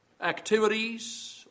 Activities